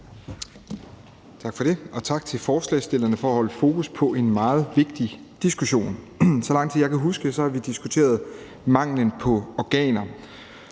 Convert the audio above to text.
Tak for det, og tak til forslagsstillerne for at holde fokus på en meget vigtig diskussion. Så lang tid jeg kan huske, har vi diskuteret manglen på organer,